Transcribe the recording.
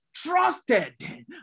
Trusted